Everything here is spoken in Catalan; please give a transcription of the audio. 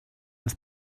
ens